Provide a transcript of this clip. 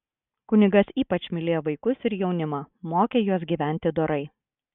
kunigas ypač mylėjo vaikus ir jaunimą mokė juos gyventi dorai